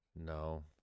no